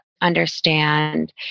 understand